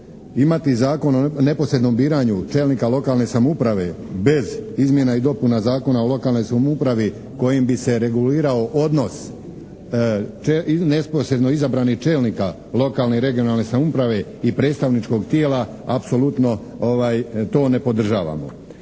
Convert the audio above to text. imati Zakon o neposrednom biranju čelnika lokalne samouprave bez izmjena i dopuna Zakona o lokalnoj samoupravi kojim bi se regulirao odnos neposredno izabranih čelnika lokalne i regionalne samouprave i predstavničkog tijela apsolutno to ne podržavamo.